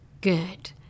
good